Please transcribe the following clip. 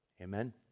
Amen